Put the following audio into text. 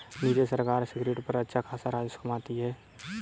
नीरज सरकार सिगरेट पर अच्छा खासा राजस्व कमाती है